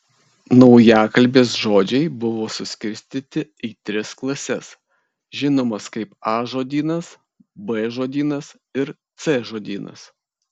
naujakalbės žodžiai buvo suskirstyti į tris klases žinomas kaip a žodynas b žodynas ir c žodynas